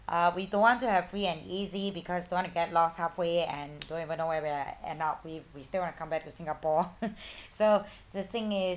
uh we don't want to have free and easy because don't want to get lost halfway and don't even know where will I end up with we still come back to singapore so the thing is